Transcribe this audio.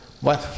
Bueno